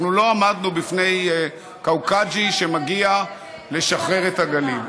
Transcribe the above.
אנחנו לא עמדנו בפני קאוקג'י שמגיע לשחרר את הגליל.